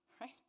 right